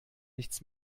nichts